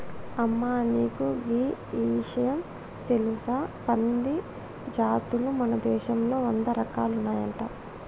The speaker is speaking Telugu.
అమ్మ నీకు గీ ఇషయం తెలుసా పంది జాతులు మన దేశంలో వంద రకాలు ఉన్నాయంట